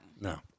No